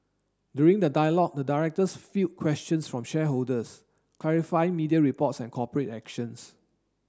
during the dialogue the directors field questions from shareholders clarifying media reports and corporate actions